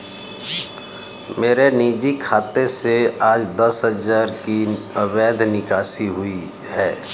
मेरे निजी खाते से आज दस हजार की अवैध निकासी हुई है